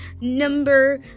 number